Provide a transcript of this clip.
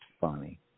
funny